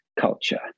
culture